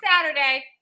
Saturday